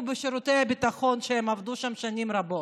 בשירותי הביטחון שהם עבדו בהם שנים רבות.